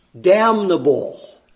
damnable